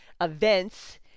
events